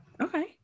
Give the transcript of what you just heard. Okay